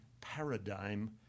paradigm